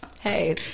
Hey